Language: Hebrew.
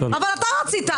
אבל אתה רצית,